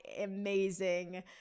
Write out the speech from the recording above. amazing